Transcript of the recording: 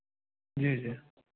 जी जी